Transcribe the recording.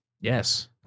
Yes